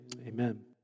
Amen